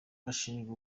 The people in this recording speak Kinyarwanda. bashinjwa